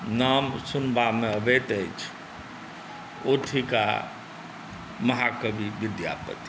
नाम सुनबामे अबैत अछि ओ थिकाह महाकवि विद्यापति